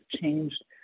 changed